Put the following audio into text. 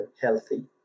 healthy